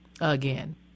again